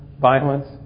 violence